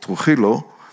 Trujillo